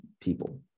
people